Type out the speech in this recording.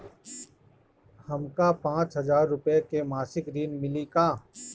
हमका पांच हज़ार रूपया के मासिक ऋण मिली का?